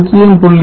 0